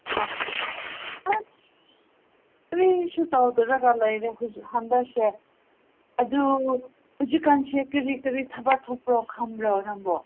ꯑꯥ ꯑꯁ ꯀꯔꯤꯁꯨ ꯇꯧꯗꯔꯒ ꯂꯩꯔꯦ ꯍꯧꯖꯤꯛ ꯍꯟꯗꯛꯁꯦ ꯑꯗꯨ ꯍꯧꯖꯤꯛ ꯀꯥꯟꯁꯦ ꯀꯔꯤ ꯀꯔꯤ ꯊꯕꯛ ꯊꯣꯛꯄ꯭ꯔꯣ ꯈꯪꯕ꯭ꯔꯣ ꯅꯪꯕꯨ